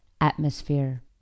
Atmosphere